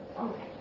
Okay